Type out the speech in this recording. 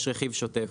יש רכיב שוטף,